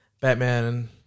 Batman